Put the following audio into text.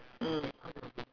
mm